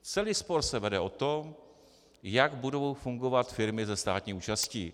Celý spor se vede o to, jak budou fungovat firmy se státní účastí.